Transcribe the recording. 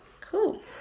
cool